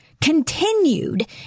continued